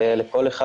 כל אחד